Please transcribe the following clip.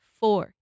four